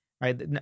right